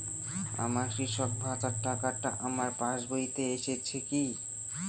আমার কৃষক ভাতার টাকাটা আমার পাসবইতে এসেছে কি?